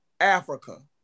Africa